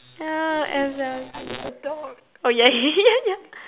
yeah S_L_C oh yeah yeah yeah